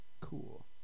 Cool